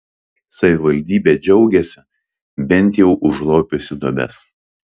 savivaldybė džiaugiasi bent jau užlopiusi duobes